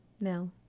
No